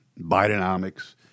Bidenomics